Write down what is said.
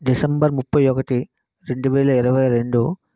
December ముప్ఫై ఒకటి రెండు వేల ఇరవై రెండు